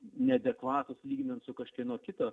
neadekvatūs lyginant su kažkieno kito